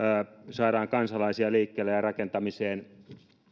saadaan kansalaisia liikkeelle ja rakentamiseen